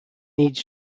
needs